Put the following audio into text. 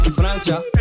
Francia